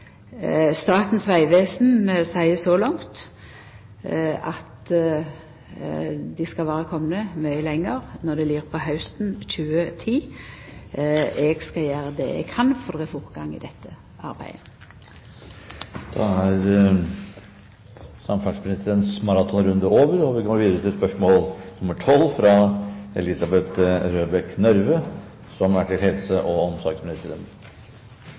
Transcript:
Statens vegvesen seier, så langt, at dei skal vera komne mykje lenger når det lir på hausten 2010. Eg skal gjera det eg kan for å få fortgang i dette arbeidet. Da er samferdselsministerens maratonrunde over, og vi går videre til spørsmål 12. Jeg tillater meg å stille følgende spørsmål til helse- og